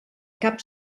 cap